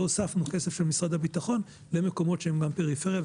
והוספנו כסף של משרד הביטחון למקומות שהם גם פריפריה,